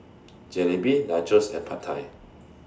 Jalebi Nachos and Pad Thai